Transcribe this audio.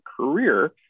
career